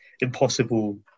impossible